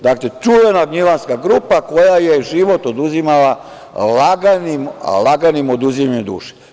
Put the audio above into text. Dakle, čuvena Gnjilanska grupa koja je život oduzimala laganim oduzimanjem duše.